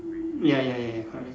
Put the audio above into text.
ya ya ya ya correct